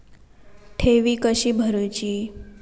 ठेवी कशी भरूची?